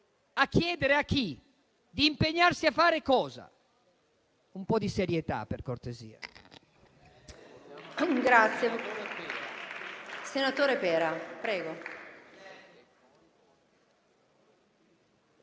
a chiedere a chi? Di impegnarsi a fare cosa? Un po' di serietà, per cortesia.